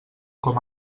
com